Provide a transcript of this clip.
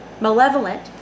Malevolent